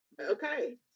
Okay